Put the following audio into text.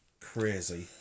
crazy